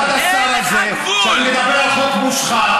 ההערה שלך חצופה.